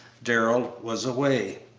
darrell was away.